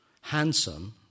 Handsome